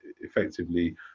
effectively